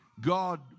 God